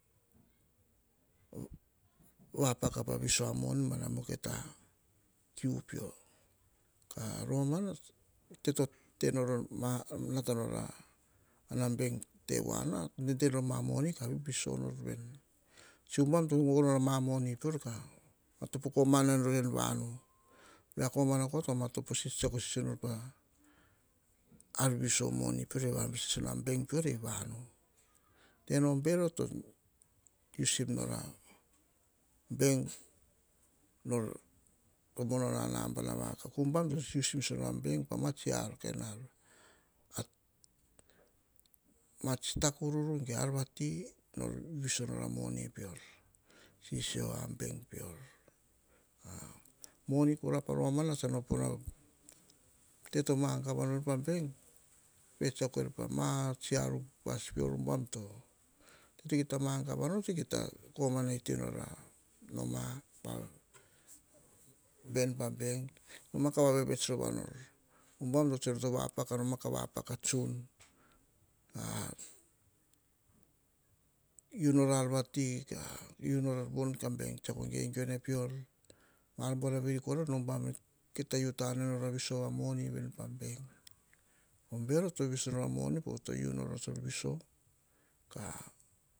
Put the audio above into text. Va paka pa viso a moni mama na mukai ta kiu pio ka romana o teto nata nor a bank tevoa na. De nor a moni a viviso nor veni tsi ubam to gono nor a tsi moni peor ka motopo koma enor vamu o ria koma to vamatopo, tsekstako sisio nor pa ar vivisi moni moni sisio bank peor ei vanu. Tena o bero to usim nor a bank to mono na a nabana vakavu. Ubam to usim sisio bank pa ma tsi ar ar kain ar ma tsi kain ta kuru ge, tsi kain ar vati nor viviso nor a moni peor sisio a bank peor. Kora pa romana te to magava nor a bank, to te tsiako pa ma upas peor. Po teto kita magava nor kita komana toi nor a noma, pa, ven pa bank. Noma ka vavevets rova nor ubam to tsoe vapaka noma. Vapaka pa tsuru u nor ar vati u nora ka bank tsiako gegeo ene peor. Ma ar tone buanavi kora, no kita u viso ta ne nor a moni pa bank. Bero to viso nor moni pa tsor u nor tsor viso ka.